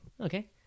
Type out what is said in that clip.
Okay